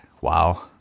Wow